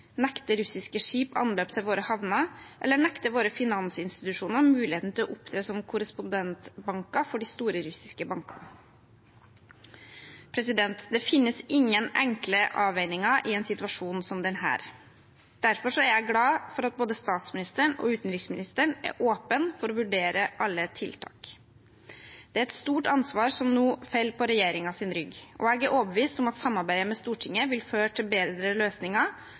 nekte russiske skip anløp til våre havner eller nekte våre finansinstitusjoner muligheten til å opptre som korrespondentbanker for de store russiske bankene. Det finnes ingen enkle avveininger i en situasjon som denne. Derfor er jeg glad for at både statsministeren og utenriksministeren er åpen for å vurdere alle tiltak. Det er et stort ansvar som nå faller på regjeringens rygg, og jeg er overbevist om at samarbeidet med Stortinget vil føre til bedre løsninger,